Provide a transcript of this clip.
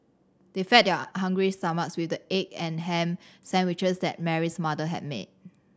they fed their hungry stomachs with the egg and ham sandwiches that Mary's mother had made